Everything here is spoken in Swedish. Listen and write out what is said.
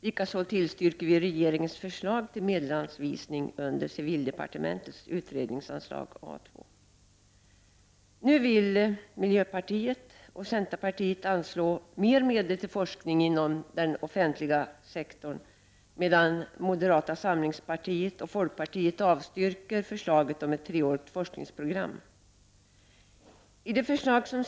Likaså tillstyrker vi regeringens förslag till medelsanvisning under Civildepartementets utredningsanslag A 2. Nu vill miljöpartiet och centerpartiet anslå mer medel till forskning inom den offentliga sektorn, medan moderata samlingspartiet och folkpartiet avstyrker förslaget om ett treårigt forskningsprogram.